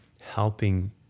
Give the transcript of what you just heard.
helping